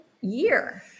year